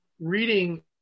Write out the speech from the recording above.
reading